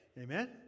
Amen